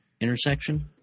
intersection